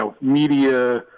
media